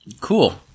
Cool